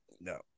No